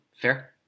Fair